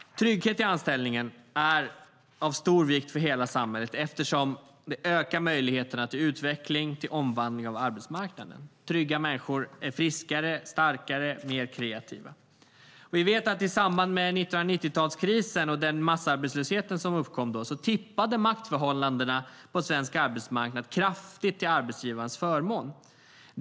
Trygghet i anställningen är av stor vikt för hela samhället eftersom det ökar möjligheterna till utveckling och omvandling av arbetsmarknaden. Trygga människor är friskare, starkare och mer kreativa. Vi vet att i samband med 1990-talskrisen och den massarbetslöshet som då uppkom tippade maktförhållandena på svensk arbetsmarknad kraftigt till arbetsgivarens förmån.